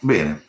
Bene